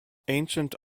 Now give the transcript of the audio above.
ancient